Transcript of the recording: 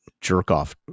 jerk-off